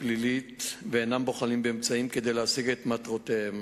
פלילית ואינם בוחלים באמצעים כדי להשיג את מטרותיהם.